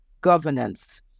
governance